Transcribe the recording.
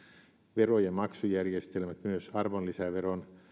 verojen maksujärjestelmät myös arvonlisäveron